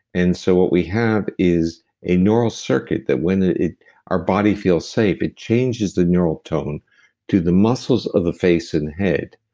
and so what we have is a neural circuit, that when ah our body feels safe, it changes the neural tone to the muscles of the face and head.